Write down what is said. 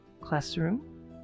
classroom